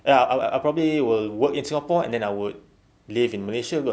ya I I probably will work in singapore and then I would live in malaysia